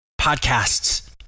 podcasts